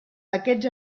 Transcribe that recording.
aquests